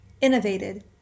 innovated